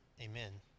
Amen